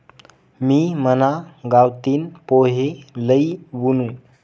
मी मना गावतीन पोहे लई वुनू